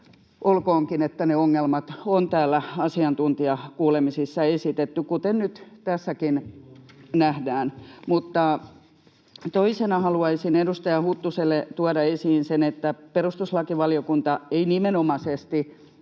olkoonkin, että ne ongelmat on täällä asiantuntijakuulemisissa esitetty, kuten nyt tässäkin nähdään. [Jari Myllykoski: Minäkin huomasin sen viime talvena!] Toisena haluaisin edustaja Huttuselle tuoda esiin sen, että perustuslakivaliokunta ei nimenomaisesti